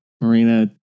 Marina